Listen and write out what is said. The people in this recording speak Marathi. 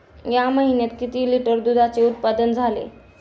या महीन्यात किती लिटर दुधाचे उत्पादन झाले?